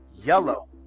Yellow